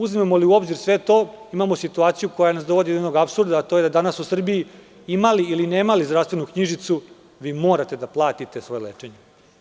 Uzmemo li u obzir sve to, imamo situaciju koja nas dovodi do jednog apsurda, a to je da danas u Srbiji, imali ili nemali zdravstvenu knjižicu, vi morate da platite svoje lečenje.